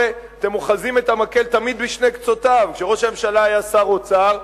הרי אתם תמיד אוחזים את המקל בשני קצותיו: כשראש הממשלה היה שר האוצר,